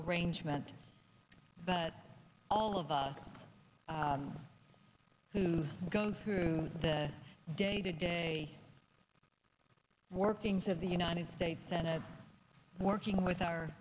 arrangement but all of us who go through the day to day workings of the united states senate working with our